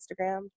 Instagram